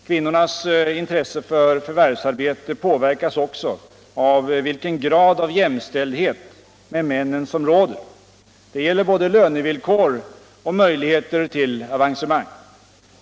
Kvinnornas intresse för förvärvsarbete påverkas också av vilken grad av Jämställdhet med männen som råder. Det giäller både lönevillkor och möjligheter till avancemang.